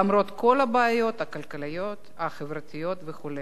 למרות כל הבעיות הכלכליות, החברתיות וכו'.